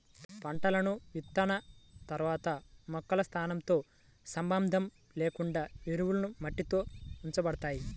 పంటలను విత్తిన తర్వాత మొక్కల స్థానంతో సంబంధం లేకుండా ఎరువులు మట్టిలో ఉంచబడతాయి